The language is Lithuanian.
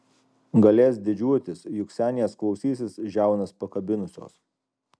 galės didžiuotis juk senės klausysis žiaunas pakabinusios